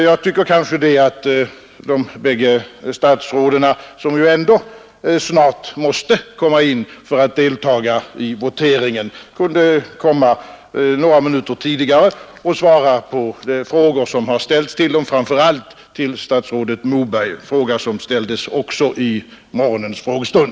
Jag tycker att de bägge statsråden, som ändock snart måste komma för att delta i voteringen, kunde komma in några minuter tidigare och svara på frågor som har ställts till dem, framför allt till statsrådet Moberg, däribland en fråga som också ställdes vid morgonens frågestund.